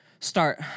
Start